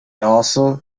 also